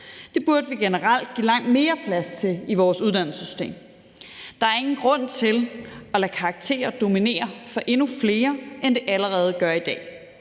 Det burde vi generelt give langt mere plads til i vores uddannelsessystem. Der er ingen grund til at lade karakterer dominere for endnu flere, end de allerede gør i dag.